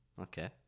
Okay